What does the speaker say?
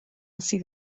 sydd